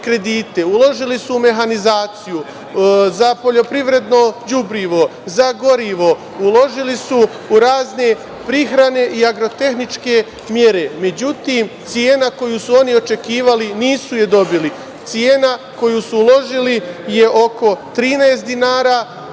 uložili su u mehanizaciju, za poljoprivredno đubrivo, za gorivo, uložili su u razne prehrane i agrotehničke mere. Međutim, cena koju su oni očekivali nisu je dobili. Cena koju su uložili je oko 13 dinara,